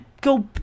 go